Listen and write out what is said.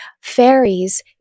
fairies